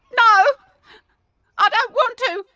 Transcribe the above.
no i don't want to!